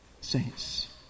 saints